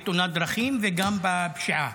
בתאונות דרכים וגם בפשיעה.